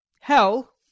Hell